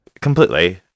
completely